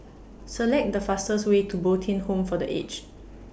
Select The fastest Way to Bo Tien Home For The Aged